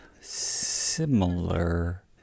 similar